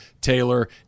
Taylor